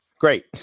Great